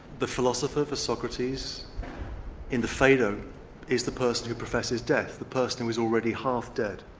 the philosopher for socrates in the phaedo is the person who professes death, the person who is already half-dead,